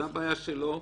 זו הבעיה שלו,